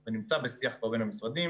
זה חברי הכנסת